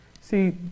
see